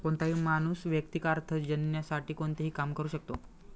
कोणताही माणूस वैयक्तिक अर्थार्जनासाठी कोणतेही काम करू शकतो